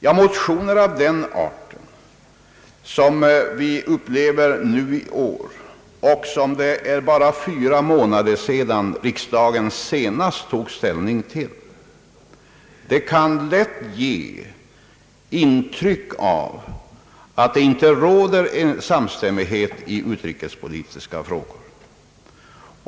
En motion av detta slag — för övrigt likartad med den som riksdagen bara för fyra månader sedan tog ställning till — kan lätt ge intryck av att det inte råder samstämmighet i utrikespolitiska frågor.